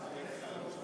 יש תמיכה.